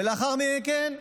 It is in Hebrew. ולאחר מכן,